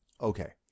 Okay